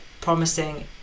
promising